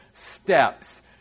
steps